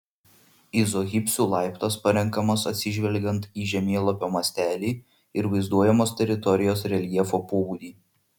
izohipsių laiptas parenkamas atsižvelgiant į žemėlapio mastelį ir vaizduojamos teritorijos reljefo pobūdį